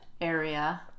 area